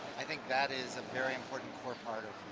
i think that is a very important core part of